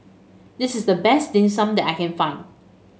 this is the best Dim Sum that I can find